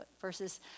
versus